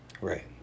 right